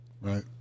Right